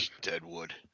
Deadwood